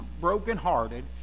brokenhearted